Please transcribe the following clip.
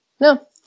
no